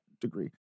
degree